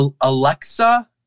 Alexa